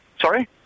Sorry